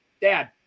dad